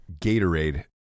Gatorade